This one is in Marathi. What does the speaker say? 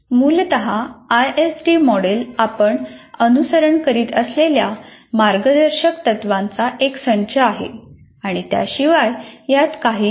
मूलत आयएसडी मॉडेल आपण अनुसरण करीत असलेल्या मार्गदर्शक तत्त्वांचा एक संच आहे आणि त्याशिवाय यात काहीही नाही